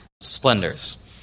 splendors